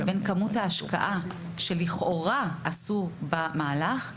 בין כמות ההשקעה שלכאורה עשו במהלך,